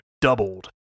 doubled